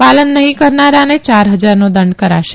પાલન નહી કરનારાને યાર હજારનો દંડ કરાશે